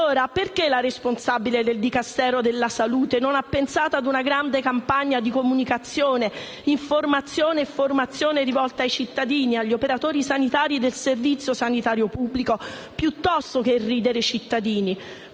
allora perché la responsabile del dicastero della Salute non ha pensato ad una grande campagna di comunicazione, informazione e formazione rivolta ai cittadini, agli operatori sanitari del servizio sanitario pubblico, piuttosto che irridere i cittadini?